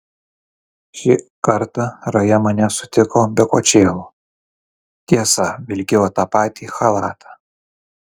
šį kartą raja mane sutiko be kočėlo tiesa vilkėjo tą patį chalatą